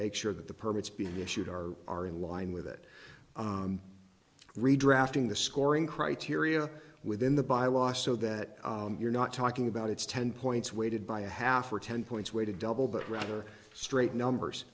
make sure that the permits be assured are are in line with it redrafting the scoring criteria within the by law so that you're not talking about its ten points weighted by a half or ten points way to double but rather straight numbers